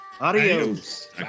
Adios